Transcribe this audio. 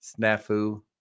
Snafu